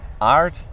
art